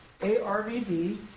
ARVD